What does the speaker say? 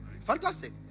Fantastic